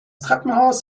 treppenhaus